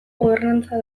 gobernantza